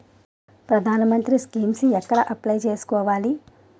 ప్రధాన మంత్రి స్కీమ్స్ ఎక్కడ అప్లయ్ చేసుకోవాలి?